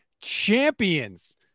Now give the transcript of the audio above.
champions